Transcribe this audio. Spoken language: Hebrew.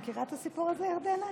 מכירה את הסיפור הזה, ירדנה?